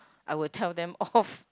I will tell them off